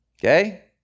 okay